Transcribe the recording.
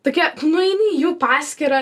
tokia nueini į jų paskyrą